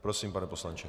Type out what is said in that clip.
Prosím, pane poslanče.